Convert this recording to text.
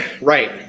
right